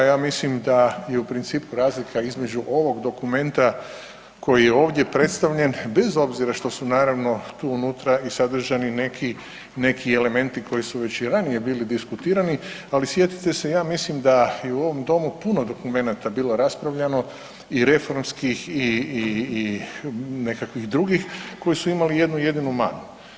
Ja mislim da je u principu razlika između ovog dokumenta koji je ovdje predstavljen, bez obzira što su, naravno tu unutra i sadržani neki elementi koji su već i ranije bili diskutirani, ali sjetite se, ja mislim da i u ovom Domu puno dokumenata bilo raspravljeno i reformskih i nekakvih drugih koji su imali jednu jedinu manu.